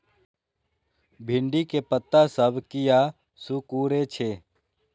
भिंडी के पत्ता सब किया सुकूरे छे?